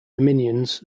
dominions